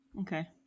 Okay